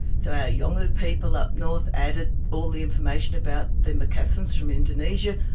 so our yolngu people up north added all the information about the macassans from indonesia,